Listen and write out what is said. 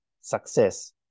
success